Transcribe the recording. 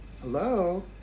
Hello